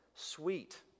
sweet